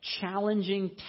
challenging